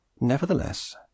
Nevertheless